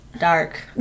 dark